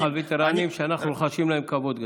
הווטרנים, שאנחנו רוחשים להם כבוד גדול.